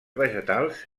vegetals